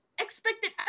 Expected